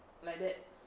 like that